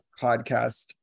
podcast